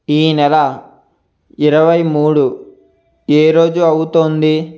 ఈ నెల ఇరవై మూడు ఏ రోజు అవుతుంది